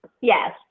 Yes